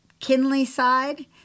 Kinleyside